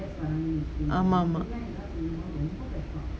ஆமா ஆமா:ama ama